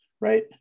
right